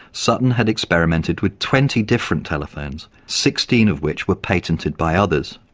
sutton had experimented with twenty different telephones, sixteen of which were patented by others.